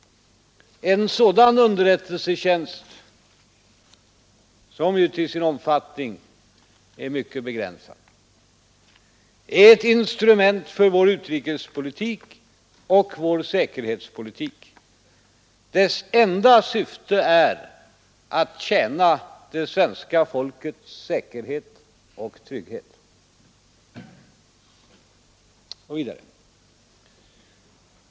En sådan underrättelsetjänst — som till sin omfattning är mycket begränsad — är ett instrument för vår utrikespolitik och vår säkerhetspolitik. Dess enda syfte är att tjäna det svenska folkets säkerhet och trygghet.